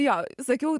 jo sakiau